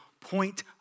point